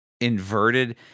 inverted